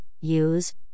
use